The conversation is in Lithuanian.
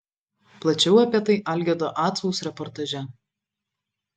plačiau apie tai algirdo acaus reportaže